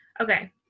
okay